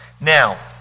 Now